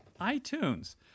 iTunes